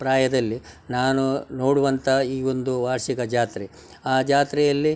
ಪ್ರಾಯದಲ್ಲಿ ನಾನು ನೋಡುವಂತ ಈ ಒಂದು ವಾರ್ಷಿಕ ಜಾತ್ರೆ ಆ ಜಾತ್ರೆಯಲ್ಲಿ